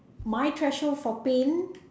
my threshold for pain